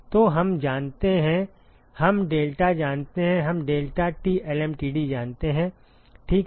तो हम q जानते हैं हम delta जानते हैं हम deltaT lmtd जानते हैं ठीक है